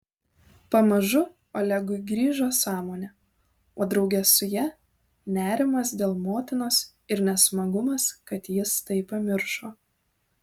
pamažu olegui grįžo sąmonė o drauge su ja nerimas dėl motinos ir nesmagumas kad jis tai pamiršo